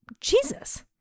jesus